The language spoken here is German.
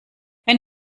wenn